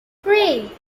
pray